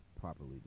properly